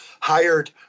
hired